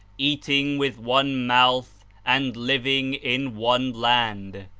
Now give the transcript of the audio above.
eating with one mouth and living in one land,